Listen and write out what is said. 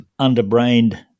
underbrained